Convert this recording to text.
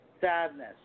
sadness